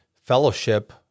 fellowship